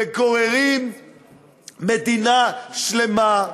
וגוררים מדינה שלמה,